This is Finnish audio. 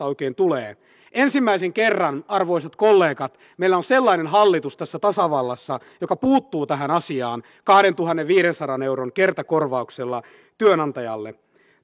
oikein tulee ensimmäisen kerran arvoisat kollegat meillä on sellainen hallitus tässä tasavallassa joka puuttuu tähän asiaan kahdentuhannenviidensadan euron kertakorvauksella työnantajalle